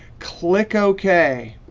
click ok.